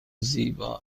زیبا